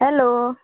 hello